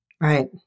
Right